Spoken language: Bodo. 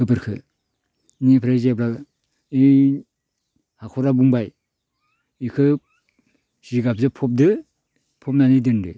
गोबोरखो इनिफ्राय जेब्ला इ हाख'रा बुंबाय इखो जिगाबजो फबदो फबनानै दोनदो